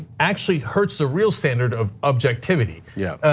actually hurts the real standard of objectivity. yeah.